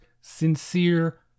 sincere